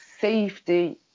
safety